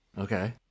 Okay